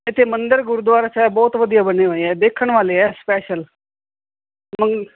ਇੱਥੇ ਮੰਦਰ ਗੁਰਦੁਆਰਾ ਸਾਹਿਬ ਬਹੁਤ ਵਧੀਆ ਬਣੇ ਹੋਏ ਹੈ ਦੇਖਣ ਵਾਲੇ ਹੈ ਸਪੈਸ਼ਲ